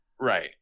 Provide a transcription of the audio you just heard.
Right